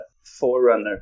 forerunner